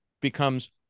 becomes